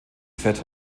fett